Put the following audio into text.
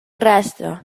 rastre